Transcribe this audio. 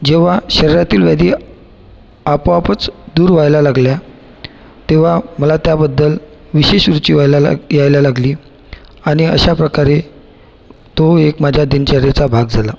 जेव्हा शरीरातील व्याधी आपोआपच दूर व्हायला लागल्या तेव्हा मला त्याबद्दल विशेष रुचि व्हायला लाग यायला लागली आणि अशाप्रकारे तो एक माझ्या दिनचर्येचा भाग झाला